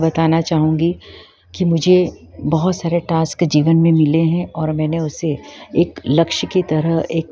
बताना चाहूँगी कि मुझे बहुत सारे टास्क जीवन में मिले हैं और मैंने उसे एक लक्ष्य की तरह एक